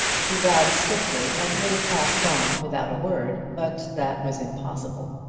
she bowed stiffly and would have passed on without a word, but that was impossible.